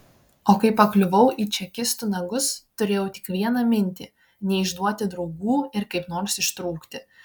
o kai pakliuvau į čekistų nagus turėjau tik vieną mintį neišduoti draugų ir kaip nors ištrūkti